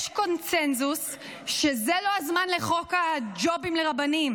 יש קונסנזוס שזה לא הזמן לחוק הג'ובים לרבנים,